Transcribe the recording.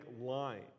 line